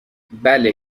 بله